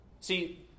See